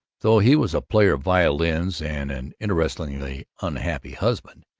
though he was a player of violins and an interestingly unhappy husband,